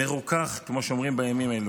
מרוכך, כמו שאומרים בימים אלו,